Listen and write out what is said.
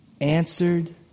answered